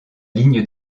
ligne